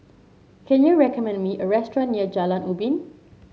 can you recommend me a restaurant near Jalan Ubin